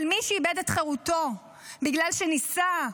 אבל מי שאיבד את חירותו בגלל שניסה,